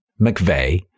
McVeigh